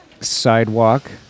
sidewalk